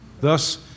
Thus